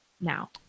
now